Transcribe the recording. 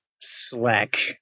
slack